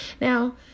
now